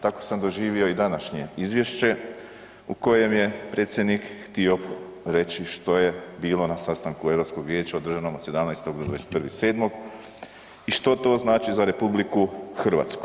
Tako sam doživio i današnje izvješće u kojem je predsjednik htio reći što je bilo na sastanku Europskog vijeća održanog 17. do 21. 7. i što to znači za RH.